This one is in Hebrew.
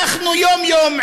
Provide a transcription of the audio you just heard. אנחנו יום-יום,